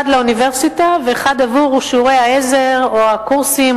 אחד לאוניברסיטה ואחד עבור שיעורי העזר או הקורסים,